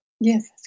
Yes